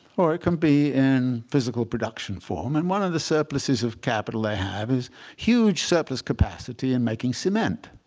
or it can be in physical production form. and one of the surpluses of capital they have is huge surplus capacity in making cement